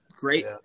great